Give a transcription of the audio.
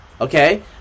okay